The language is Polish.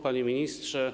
Panie Ministrze!